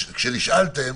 ולכן אני מנסה לעשות איזונים.